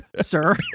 sir